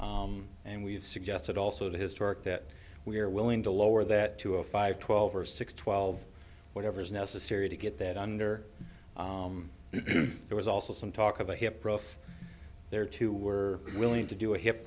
common and we've suggested also historic that we're willing to lower that to a five twelve or six twelve whatever is necessary to get that under there was also some talk about hip rough there too were willing to do a hip